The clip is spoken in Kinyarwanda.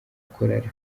korali